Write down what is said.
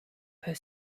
per